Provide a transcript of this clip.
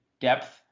depth